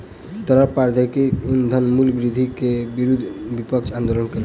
तरल प्राकृतिक ईंधनक मूल्य वृद्धि के विरुद्ध विपक्ष आंदोलन केलक